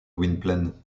gwynplaine